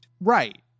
Right